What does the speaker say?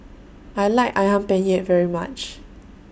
I like Ayam Penyet very much